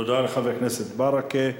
תודה לחבר הכנסת ברכה.